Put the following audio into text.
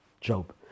Job